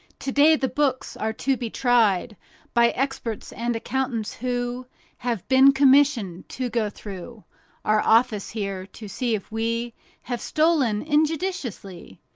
to-day the books are to be tried by experts and accountants who have been commissioned to go through our office here, to see if we have stolen injudiciously.